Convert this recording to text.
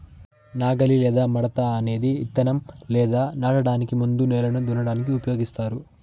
నాగలి లేదా మడక అనేది ఇత్తనం లేదా నాటడానికి ముందు నేలను దున్నటానికి ఉపయోగిస్తారు